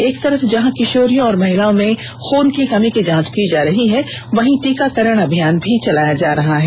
एक तरफ जहां किषोरियों और महिलाओं में खून की कमी की जांच की जा रही है वहीं टीकाकरण अभियान भी चलाया जा रहा है